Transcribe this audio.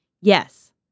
Yes